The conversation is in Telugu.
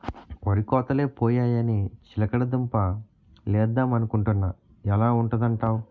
వరి కోతలై పోయాయని చిలకడ దుంప లేద్దమనుకొంటున్నా ఎలా ఉంటదంటావ్?